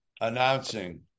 announcing